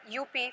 up